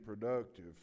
productive